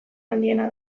handiena